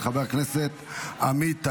של חבר הכנסת עמית הלוי.